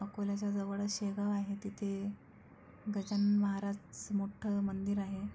अकोल्याच्या जवळच शेगाव आहे तिथे गजानन महाराज मोठ्ठं मंदिर आहे